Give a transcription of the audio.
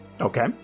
Okay